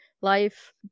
life